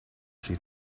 she